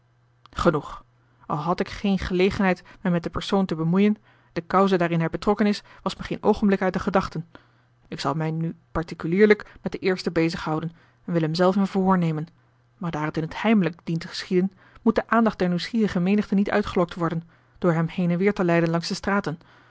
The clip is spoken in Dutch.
genoeg al had ik geene gelegenheid mij met den persoon te bemoeien de cause waarin hij betrokken is was me geen oogenblik uit de gedachten ik zal mij nu particulierlijk met den eersten bezighouden en wil hem zelf in verhoor nemen maar daar het in t heimelijk dient te geschieden moet de aandacht der nieuwsgierige menigte niet uitgelokt worden door hem heen en weêr te leiden langs de straten